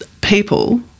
people